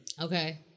Okay